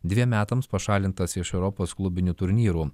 dviem metams pašalintas iš europos klubinių turnyrų